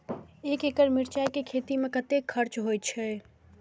एक एकड़ मिरचाय के खेती में कतेक खर्च होय छै?